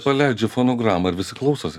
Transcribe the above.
sau leidžia fonogramą ir visi klausosi